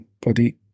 body